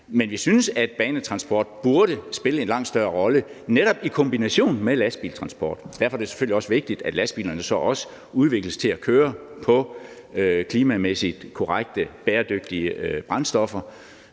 Men jeg synes, at banetransport burde spille en langt større rolle netop i kombination med lastbiltransport. Derfor er det selvfølgelig også vigtigt, at lastbilerne så også udvikles til at køre på klimamæssigt korrekte, bæredygtige brændstoffer.